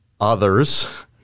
others